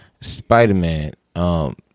Spider-Man